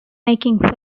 making